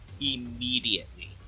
immediately